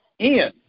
Ian